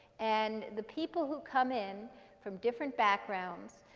and the people who come in from different backgrounds